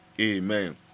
Amen